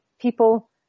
people